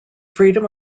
freedom